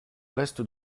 reste